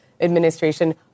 administration